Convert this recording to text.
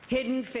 Hidden